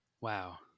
Wow